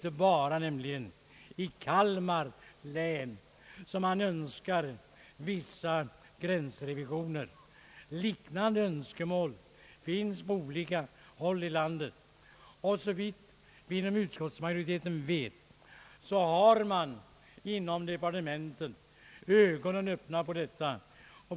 Det är nämligen inte bara i Kalmar län som man önskar vissa gränsrevisioner. Liknande önskemål finns på olika håll i landet, och såvitt utskottsmajoriteten vet har departementet ögonen öppna för detta.